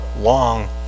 long